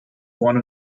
one